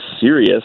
serious